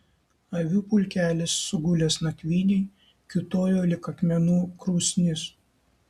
avių pulkelis sugulęs nakvynei kiūtojo lyg akmenų krūsnis